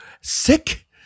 sick